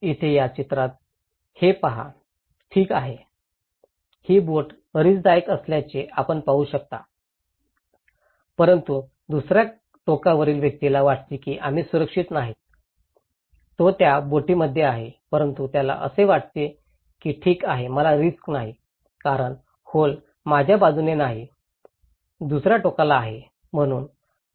इथे या चित्रात हे पहा ठीक आहे ही बोट रिस्कदायक असल्याचे आपण पाहू शकता परंतु दुसऱ्या टोकावरील व्यक्तीला वाटते की आम्ही सुरक्षित नाही तो त्याच बोटीमध्ये आहे परंतु त्याला असे वाटते की ठीक आहे मला रिस्क नाही कारण होल माझ्या बाजूने नाही दुसर्या टोकाला आहे